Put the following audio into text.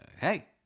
hey